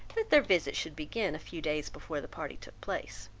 that their visit should begin a few days before the party took place.